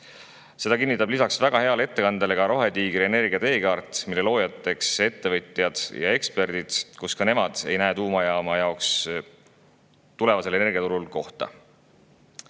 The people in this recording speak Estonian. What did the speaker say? Seda kinnitab lisaks väga heale ettekandele Rohetiigri energia teekaart, mille loojad on ettevõtjad ja eksperdid. Ka nemad ei näe tuumajaamal tulevasel energiaturul